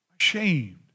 ashamed